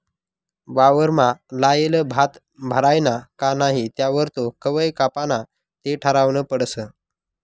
वावरमा लायेल भात भरायना का नही त्यावर तो कवय कापाना ते ठरावनं पडस